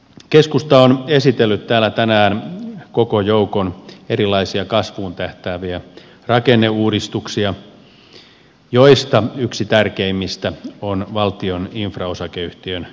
keskusta on esitellyt täällä tänään koko joukon erilaisia kasvuun tähtääviä rakenneuudistuksia joista yksi tärkeimmistä on valtion infra osakeyhtiön perustaminen